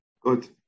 Good